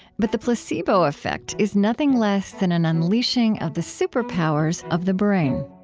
but the placebo effect is nothing less than an unleashing of the superpowers of the brain